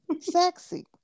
Sexy